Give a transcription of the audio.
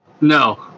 No